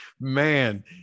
man